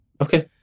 Okay